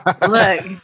Look